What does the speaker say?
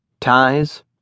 Ties